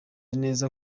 neza